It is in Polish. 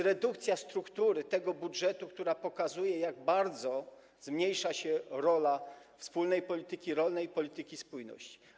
Redukcja struktury tego budżetu pokazuje, jak bardzo zmniejsza się rola wspólnej polityki rolnej i polityki spójności.